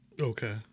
okay